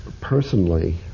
personally